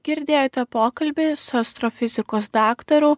girdėjote pokalbį su astrofizikos daktaru